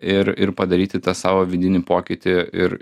ir ir padaryti tą savo vidinį pokytį ir